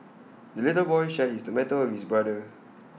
the little boy shared his tomato with his brother